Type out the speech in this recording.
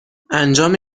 انجام